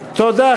נמנעים.